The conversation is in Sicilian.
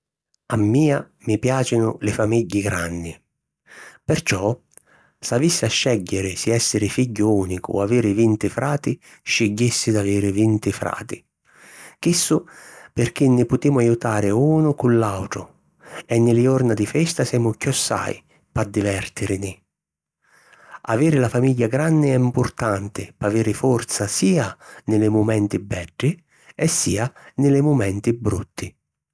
A mia mi piàcinu li famigghi granni perciò si avissi a scègghiri si èssiri figghiu ùnicu o aviri vinti frati, scigghissi d'aviri vinti frati. Chissu pirchì ni putemu aiutari unu cu l’àutru e nni li jorna di festa semu chiossai p'addivirtìrini. Aviri la famigghia granni è mpurtanti p'aviri forza sia nni li mumenti beddi e sia nni li mumenti brutti.